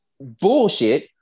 bullshit